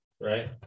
right